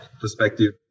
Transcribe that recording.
perspective